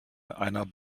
einer